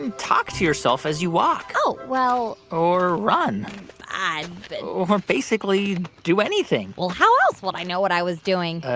and talk to yourself as you walk. oh, well. or run or basically do anything? well, how else would i know what i was doing?